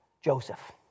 Joseph